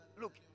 look